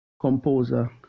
composer